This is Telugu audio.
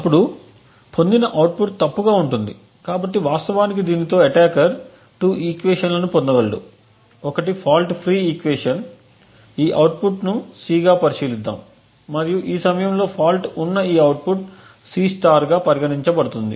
ఇప్పుడు పొందిన అవుట్పుట్ తప్పుగా ఉంటుంది కాబట్టి వాస్తవానికి దీనితో అటాకర్ 2 ఈక్వేషన్లను పొందగలడు ఒకటి ఫాల్ట్ ఫ్రీ ఈక్వేషన్ ఈ అవుట్పుట్ను C గా పరిశీలిద్దాం మరియు ఈ సమయంలో ఫాల్ట్ ఉన్న ఈ అవుట్పుట్ C గా పరిగణించబడుతుంది